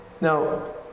Now